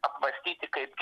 apmąstyti kaip